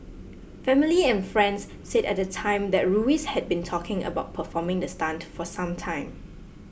family and friends said at the time that Ruiz had been talking about performing the stunt for some time